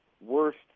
worst